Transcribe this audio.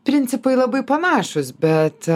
principai labai panašūs bet